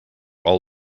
all